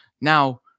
Now